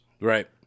Right